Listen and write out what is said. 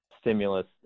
stimulus